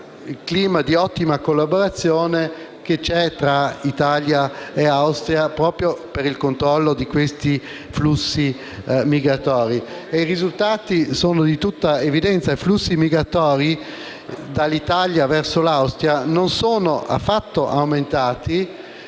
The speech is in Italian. il clima di ottima collaborazione che c'è tra l'Italia e l'Austria proprio per il controllo dei flussi migratori. I risultati sono di tutta evidenza: i flussi migratori dall'Italia verso l'Austria non sono affatto aumentati